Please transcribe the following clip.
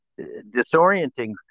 disorienting